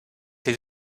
les